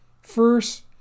First